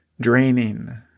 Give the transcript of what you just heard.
draining